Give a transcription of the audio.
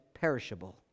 perishable